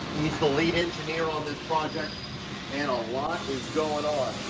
he's the lead engineer on this project and a lot is going on.